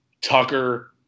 Tucker